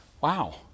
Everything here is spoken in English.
Wow